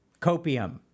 Copium